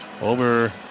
over